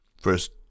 first